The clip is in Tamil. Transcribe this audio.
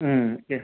ம் எஸ்